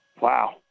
Wow